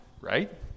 right